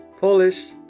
Polish